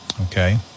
Okay